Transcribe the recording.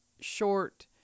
short